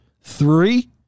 Three